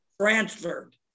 transferred